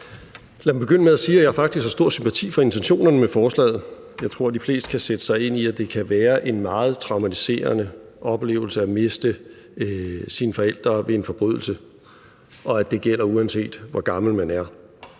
Lad mig begynde med at sige, at jeg faktisk har stor sympati for intentionerne med forslaget. Jeg tror, de fleste kan sætte sig ind i, det kan være en meget traumatiserende oplevelse at miste en forælder ved en forbrydelse, og at det gælder, uanset hvor gammel man er.